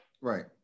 Right